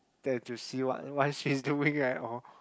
get to see what what is she doing at home